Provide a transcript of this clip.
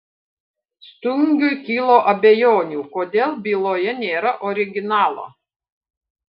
stungiui kilo abejonių kodėl byloje nėra originalo